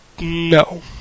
no